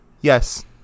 Yes